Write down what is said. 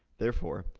therefore,